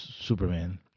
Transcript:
Superman